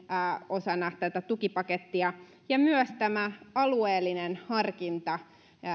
osana tätä tukipakettia ja myös tämä alueellinen harkinta